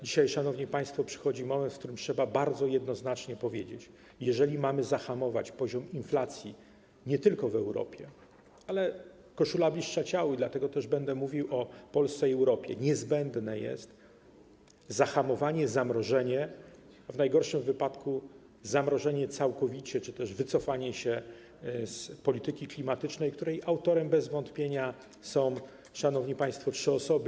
Dzisiaj, szanowni państwo, przychodzi moment, w którym trzeba bardzo jednoznacznie powiedzieć: jeżeli mamy zahamować poziom inflacji nie tylko w Europie - ale koszula bliższa ciału i dlatego będę mówił o Polsce i o Europie - niezbędne jest zahamowanie, zamrożenie, w najgorszym wypadku zamrożenie całkowicie, czy też wycofanie się z polityki klimatycznej, której autorem bez wątpienia są, szanowni państwo, trzy osoby.